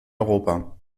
europa